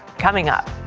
coming up.